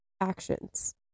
actions